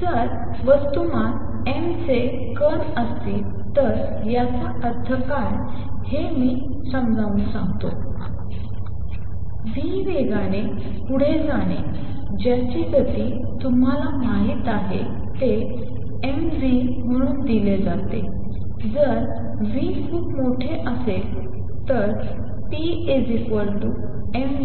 जर वस्तुमान m चे कण असतील तर याचा अर्थ काय आहे ते मी समजावून सांगतो v वेगाने पुढे जाणे ज्याची गती तुम्हाला माहित आहे ते mv म्हणून दिले जाते जर v खूप मोठे असेल pmv1